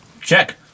Check